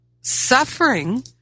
suffering